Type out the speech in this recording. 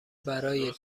برای